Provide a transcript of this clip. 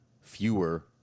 fewer